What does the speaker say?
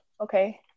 okay